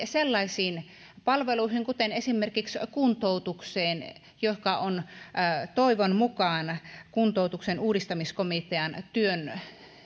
sellaisiin palveluihin kuin esimerkiksi kuntoutukseen toivon mukaan kuntoutuksen uudistamiskomitean työn